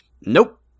Nope